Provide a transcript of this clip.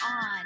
on